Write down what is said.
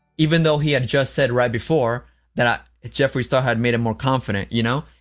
even though he had just said right before that ah jeffree star had made him more confident, you know?